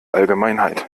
allgemeinheit